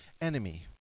enemy